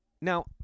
Now